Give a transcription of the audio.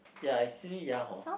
ya actually ya hor